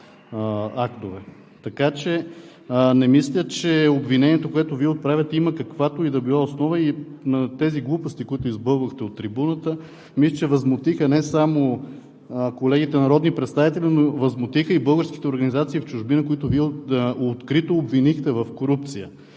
актове? Така че не мисля, че обвинението, което Вие отправяте, има каквато и да било основа. Тези глупости, които избълвахте от трибуната, мисля, че възмутиха не само колегите народни представители, но възмутиха и българските организации в чужбина, които Вие открито обвинихте в корупция.